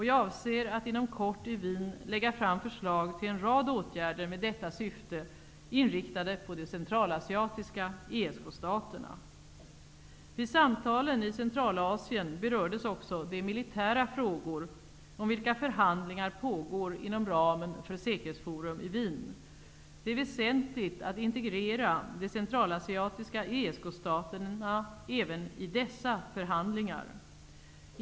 Jag avser att inom kort i Wien lägga fram förslag till en rad åtgärder med detta syfte inriktade på de centralasiatiska ESK-staterna. Vid samtalen i Centralasien berördes också de militära frågor om vilka förhandlingar pågår inom ramen för Säkerhetsforum i Wien. Det är väsentligt att integrera de centralasiatiska ESK-staterna även i dessa förhandlingar.